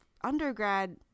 undergrad